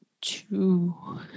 two